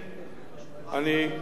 אני מאריך קמעה,